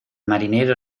marinero